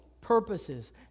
purposes